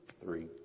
three